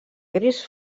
gris